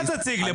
אתה תציג לי.